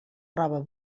roba